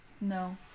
No